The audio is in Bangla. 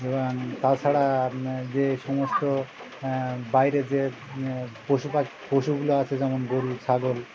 এবং তাছাড়া আপনার যে সমস্ত বাইরে যে পশুপা পশুগুলো আছে যেমন গরু ছাগল